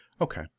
okay